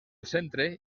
centre